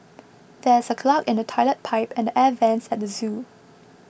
there is a clog in the Toilet Pipe and Air Vents at the zoo